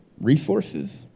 resources